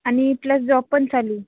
आणि plus job पण चालू